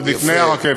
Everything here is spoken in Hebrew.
עוד לפני הרכבת.